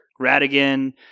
Radigan